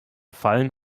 fallen